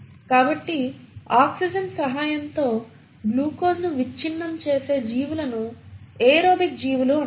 కాబట్టి ఆక్సిజన్ సహాయంతో గ్లూకోజ్ను విచ్ఛిన్నం చేసే జీవులను ఏరోబిక్ జీవులు అంటారు